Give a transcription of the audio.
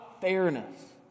fairness